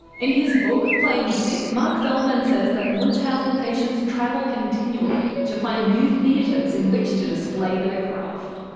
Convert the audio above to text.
in his book, playing sick, marc feldman says that munchausen patients travel continually to find new theaters in which to display their craft.